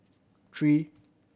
three